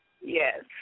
Yes